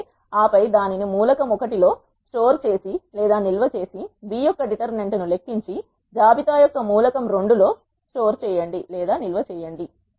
A ఆపై దానిని మూలకం 1 లో నిల్వ చేసి B యొక్క డిటర్మినెంట్ ని లెక్కించి జాబితా యొక్క మూలకం 2 లో నిల్వ చేయండి